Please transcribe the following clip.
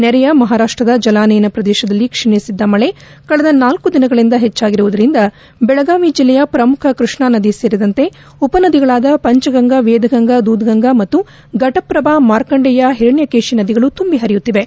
ನೆರೆಯ ಮಹಾರಾಷ್ಟದ ಜಲಾನಯನ ಪ್ರದೇಶದಲ್ಲಿ ಕ್ಷೀಣಿಸಿದ್ದ ಮಳೆ ಕಳೆದ ನಾಲ್ತು ದಿನಗಳಿಂದ ಹೆಚ್ಚಾಗಿರುವುದರಿಂದ ಬೆಳಗಾವಿ ಜಿಲ್ಲೆಯ ಶ್ರಮುಖ ಕೃಷ್ಣಾ ನದಿ ಸೇರಿದಂತೆ ಉಪ ನದಿಗಳಾದ ಪಂಚಗಂಗಾ ವೇಧಗಂಗಾ ದೂಧಗಂಗಾ ಮತ್ತು ಘಟಪ್ರಭಾ ಮಾರ್ಕಂಡೇಯ ಹಿರಣ್ಯಕೇಶಿ ನದಿಗಳು ತುಂಬಿ ಹರಿಯುತ್ತಿವೆ